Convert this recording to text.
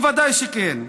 ודאי שכן.